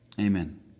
amen